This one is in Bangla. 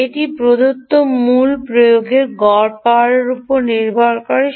এটি মূলত প্রদত্ত প্রয়োগের জন্য গড় পাওয়ারের উপর নির্ভর করবে